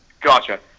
Gotcha